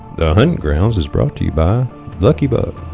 the huntin' grounds is brought to you by lucky buck